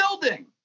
building